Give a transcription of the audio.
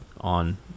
On